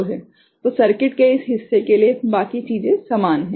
तो सर्किट के इस हिस्से के लिए बाकी चीजें समान हैं